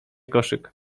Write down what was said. koszyk